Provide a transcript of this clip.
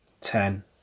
Ten